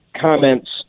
comments